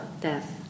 death